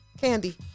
Candy